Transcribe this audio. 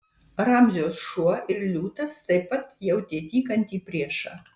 ramzio šuo ir liūtas taip pat jautė tykantį priešą